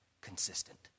Consistent